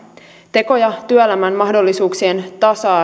tekoja työelämän mahdollisuuksien tasa